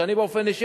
שאני באופן אישי,